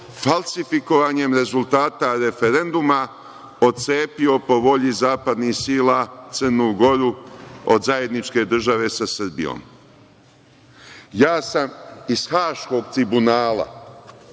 falsifikovanjem rezultata referenduma ocepio po volji zapadnih sila Crnu Goru od zajedničke države sa Srbijom. Ja sam iz Haškog tribunala